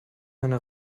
meine